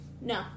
No